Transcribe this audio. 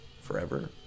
forever